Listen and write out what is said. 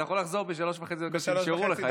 אתה יכול לחזור בשלוש וחצי דקות שנשארו לך.